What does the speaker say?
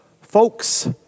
Folks